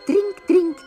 trink trink